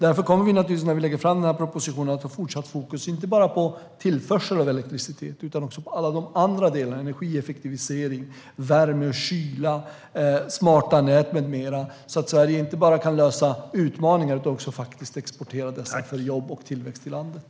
Därför kommer vi naturligtvis när vi lägger fram den här propositionen att ha fortsatt fokus inte bara på tillförsel av elektricitet utan också på alla de andra delarna - energieffektivisering, värme och kyla, smarta nät med mera - så att Sverige inte bara kan lösa utmaningar utan också exportera dessa för jobb och tillväxt i landet.